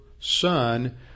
son